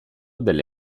delle